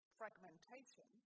fragmentation